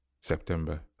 September